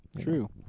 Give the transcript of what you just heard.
True